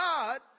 God